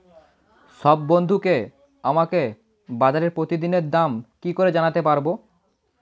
সব বন্ধুকে আমাকে বাজারের প্রতিদিনের দাম কি করে জানাতে পারবো?